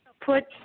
put